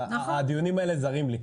הדיונים האלה זרים לי.